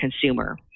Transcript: consumer